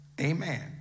Amen